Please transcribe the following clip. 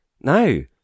No